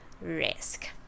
risk